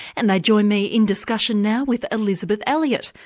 and they join me in discussion now with elizabeth elliot,